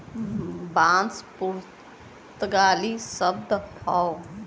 बांस पुर्तगाली शब्द हौ